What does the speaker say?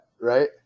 right